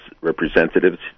representatives